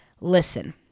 listen